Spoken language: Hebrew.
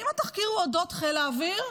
האם התחקיר הוא אודות חיל האוויר?